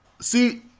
See